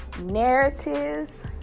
narratives